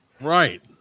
Right